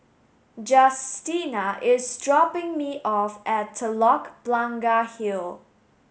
Justina is dropping me off at Telok Blangah Hill